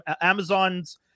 amazon's